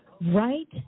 Right